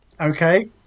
Okay